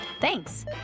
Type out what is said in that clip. Thanks